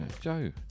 Joe